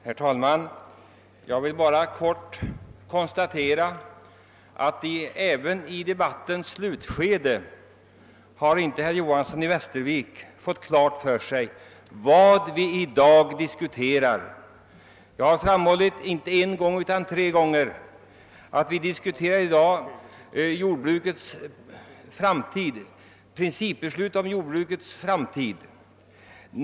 Herr talman! Jag vill bara helt kort konstatera att herr Johanson i Västervik inte ens i debattens slutskede har fått klart för sig vad vi i dag diskuterar. Inte en utan flera gånger har jag framhållit att vi nu diskuterar principbeslut om jordbrukets framtid.